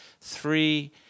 three